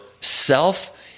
Self